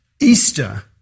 Easter